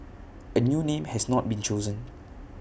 A new name has not been chosen